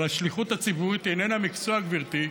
אבל השליחות הציבורית היא איננה מקצוע, גברתי,